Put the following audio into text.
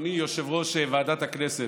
אדוני יושב-ראש ועדת הכנסת,